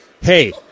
hey